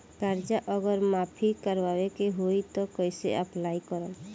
कर्जा अगर माफी करवावे के होई तब कैसे अप्लाई करम?